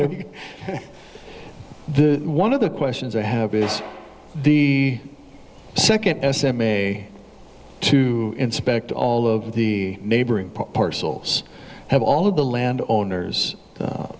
there the one of the questions i have is the second may to inspect all of the neighboring parcels have all of the land owners